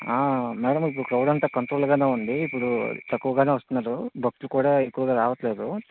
madam మీకు crowd అంతా కంట్రోల్గానే ఉంది ఇప్పుడు తక్కువగానే వస్తున్నారు భక్తులు కూడా ఎక్కువగా రావట్లేదు